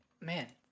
man